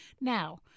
Now